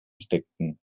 steckten